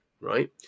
right